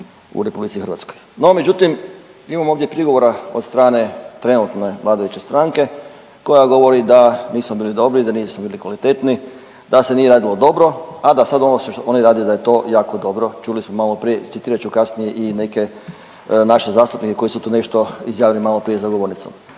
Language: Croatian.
tada bili u RH. No, međutim, imamo ovdje prigovora od strane trenutne vladajuće stranke, koja govori da nismo bili dobri, da nismo bili kvalitetni, da se nije radilo dobro, a da sad ono što oni rade da je to jako dobro, čuli smo malo prije, citirat ću kasnije i neke naše zastupnike koji su tu nešto izjavili maloprije za govornicom.